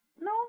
No